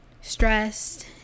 stressed